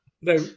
No